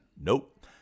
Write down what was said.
Nope